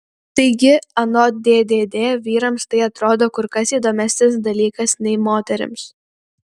taigi anot ddd vyrams tai atrodo kur kas įdomesnis dalykas nei moterims